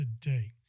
today